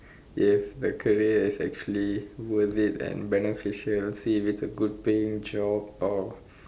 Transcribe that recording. if the career is actually worth it and beneficial see if it's a good paying job or